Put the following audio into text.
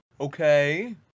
okay